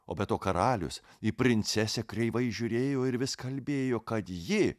o be to karalius į princesę kreivai žiūrėjo ir vis kalbėjo kad ji